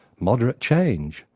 moderate change!